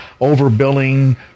overbilling